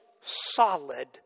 solid